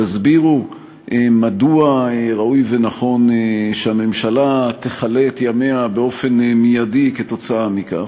תסבירו מדוע ראוי ונכון שהממשלה תכלה את ימיה מייד כתוצאה מכך.